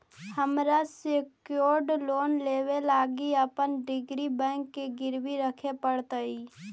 हमरा secured loan लेबे लागी अपन डिग्री बैंक के गिरवी रखे पड़तई